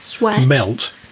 Melt